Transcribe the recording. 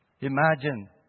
Imagine